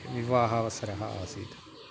विवाहस्य अवसरः आसीत्